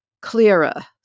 clearer